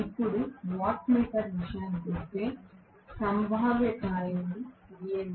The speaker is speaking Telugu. ఇప్పుడు వాట్ మీటర్ విషయానికొస్తే సంభావ్య కాయిల్ను గీయండి